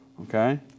okay